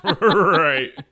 Right